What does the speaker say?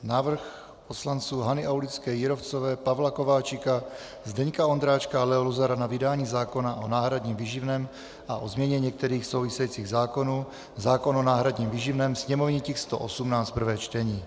Návrh poslanců Hany Aulické Jírovcové, Pavla Kováčika, Zdeňka Ondráčka a Leo Luzara na vydání zákona o náhradním výživném a o změně některých souvisejících zákonů (zákon o náhradním výživném) /sněmovní tisk 118/ prvé čtení